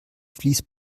fleece